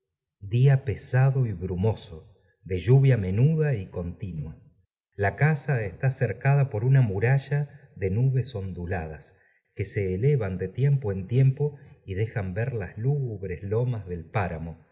día pesado y brumoso de lluvia menuda y continua la casa está cercada por una muralla de nubes onduladas que se elevan de tiempo en tiempo y dejan ver las lúgubres lomas del páramo